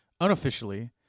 Unofficially